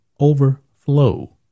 overflow